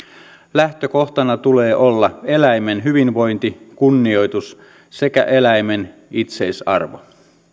lähtökohtana tulee olla eläimen hyvinvointi kunnioitus sekä eläimen itseisarvo